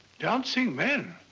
dancing men?